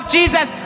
Jesus